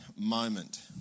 moment